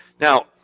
Now